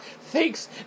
thanks